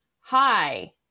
hi